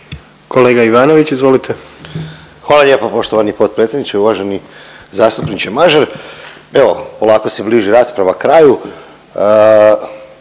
**Ivanović, Goran (HDZ)** Hvala lijepo poštovani potpredsjedniče. Uvaženi zastupniče Mažar evo polako se bliži rasprava kraju.